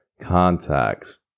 Context